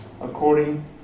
according